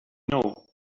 know